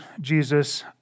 Jesus